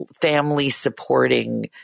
family-supporting